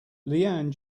leanne